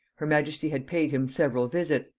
her majesty had paid him several visits,